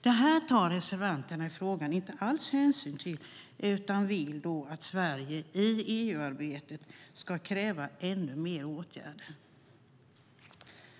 Detta tar inte reservanterna i frågan hänsyn till utan vill att Sverige i EU-arbetet ska kräva ännu fler åtgärder.